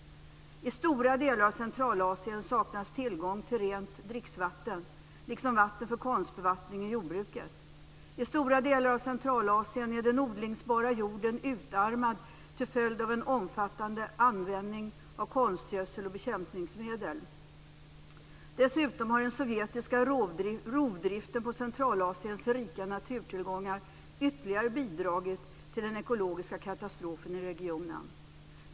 I stora delar av Centralasien saknas tillgång till rent dricksvatten liksom vatten för konstbevattning i jordbruket. I stora delar av Centralasien är den odlingsbara jorden utarmad till följd av en omfattande användning av konstgödsel och bekämpningsmedel. Dessutom har den sovjetiska rovdriften på Centralasiens rika naturtillgångar ytterligare bidragit till den ekologiska katastrofen i regionen.